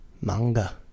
Manga